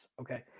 okay